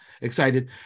excited